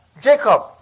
Jacob